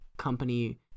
company